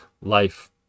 life